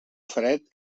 fred